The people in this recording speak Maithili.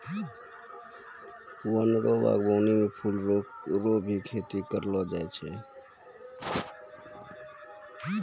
वन रो वागबानी मे फूल रो भी खेती करलो जाय छै